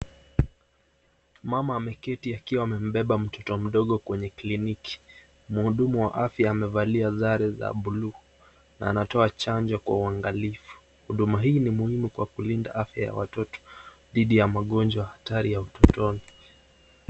Mama ameketi akiwa amembeba mtoto mdogo kwenye kliniki , mhudumu wa afya amevalia sare za blue na anatoa chanjo kwa uangalifu. Huduma hii ni muhimu kwa kulinda afya ya watoto dhidi ya magojwa hatari ya utotoni.